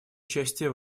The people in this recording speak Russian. участие